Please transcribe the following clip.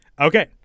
Okay